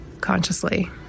consciously